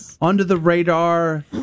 under-the-radar